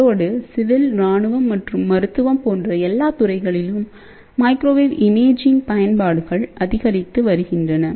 அதோடு சிவில் இராணுவம் மற்றும் மருத்துவம் போன்ற எல்லா துறைகளிலும் மைக்ரோவேவ் இமேஜிங் பயன்பாடுகள் அதிகரித்து வருகின்றன